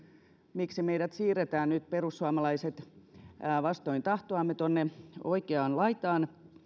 miksi meidät perussuomalaiset siirretään nyt vastoin tahtoamme tuonne oikeaan laitaan